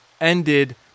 ended